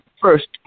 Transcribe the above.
first